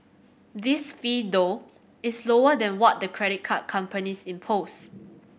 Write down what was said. this fee though is lower than what the credit card companies impose